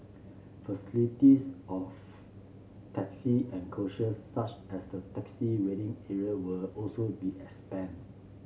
facilities of taxi and coaches such as the taxi waiting area will also be expanded